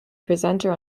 presenter